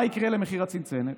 מה יקרה למחיר הצנצנת?